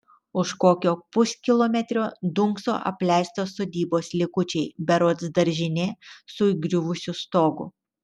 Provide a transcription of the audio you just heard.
už kokio puskilometrio dunkso apleistos sodybos likučiai berods daržinė su įgriuvusiu stogu